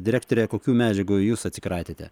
direktore kokių medžiagų jūs atsikratėte